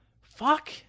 Fuck